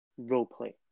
roleplay